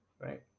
right